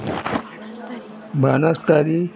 बानस्तारी